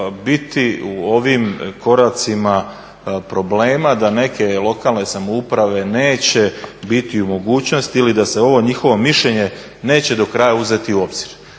biti u ovim koracima problema da neke lokalne samouprave neće biti u mogućnosti ili da se ovo njihovo mišljenje neće do kraja uzeti u obzir.